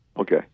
Okay